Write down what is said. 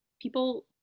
people